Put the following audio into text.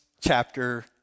chapter